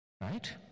right